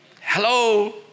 Hello